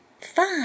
five